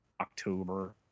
October